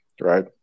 Right